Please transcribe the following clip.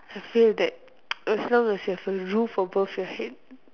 I feel that as long you have a roof above your head